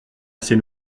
assez